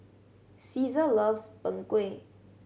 Ceasar loves Png Kueh